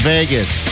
Vegas